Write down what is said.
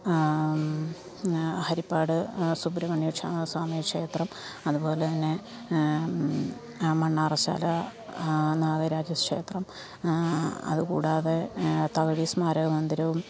ഹരിപ്പാട് സുബ്രഹ്മണ്യ ക്ഷാ സ്വാമി ക്ഷേത്രം അതുപോലെ തന്നെ മണ്ണാറശാല നാഗരാജ ക്ഷേത്രം അതുകൂടാതെ തകഴി സ്മാരക മന്ദിരവും